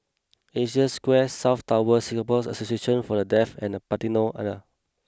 Asia Square South Tower Singapore Association For The Deaf and The Patina Hotel